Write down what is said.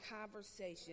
conversation